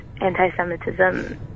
anti-Semitism